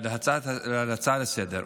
להצעה לסדר-היום.